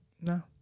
no